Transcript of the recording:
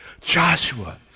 Joshua